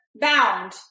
bound